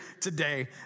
today